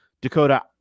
Dakota